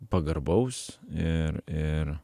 pagarbaus ir ir